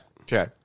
okay